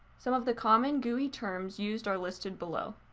some of the common gui terms used are listed below.